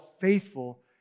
faithful